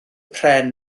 pren